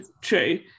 True